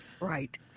Right